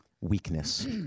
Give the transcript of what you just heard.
weakness